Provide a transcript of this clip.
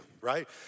right